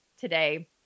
today